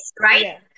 right